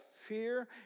fear